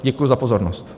Děkuji za pozornost.